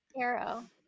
arrow